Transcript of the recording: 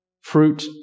Fruit